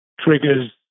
triggers